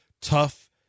tough